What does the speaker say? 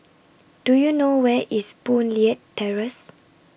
Do YOU know Where IS Boon Leat Terrace